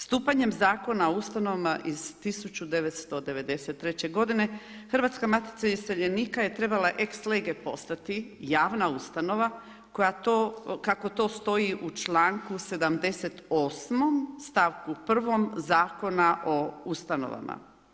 Stupanjem Zakona o ustanovama iz 1993. g. Hrvatska matica iseljenika je trebala ex lege postati javna ustanova koja to, kako to stoji u članku 78. stavku 1. Zakona o ustanovama.